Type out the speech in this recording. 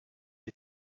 des